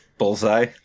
bullseye